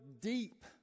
deep